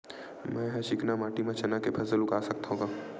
मै ह चिकना माटी म चना के फसल उगा सकथव का?